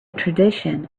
tradition